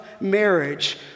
marriage